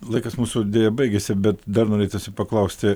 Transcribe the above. laikas mūsų deja baigėsi bet dar norėtųsi paklausti